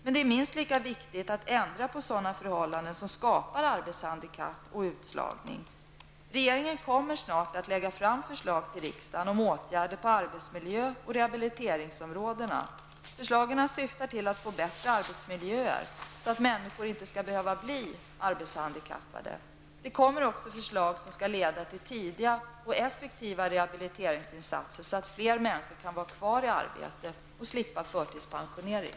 Men det är minst lika viktigt att ändra på sådana förhållanden som skapar arbetshandikapp och utslagning. Regeringen kommer inom en snar framtid att lägga fram förslag till riksdagen om åtgärder på arbetsmiljö och rehabiliteringsområdena. Förslagen syftar till att få bättre arbetsmiljöer, så att människor inte skall behöva bli arbetshandikappade. Det kommer också förslag som skall leda till tidiga och effektiva rehabiliteringsinsatser, så att fler människor kan vara kvar i arbete och slippa förtidspensionering.